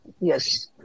Yes